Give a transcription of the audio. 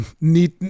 need